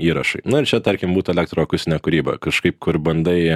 įrašui na ir čia tarkim būtų elektro akustinė kūryba kažkaip kur bandai